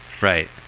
Right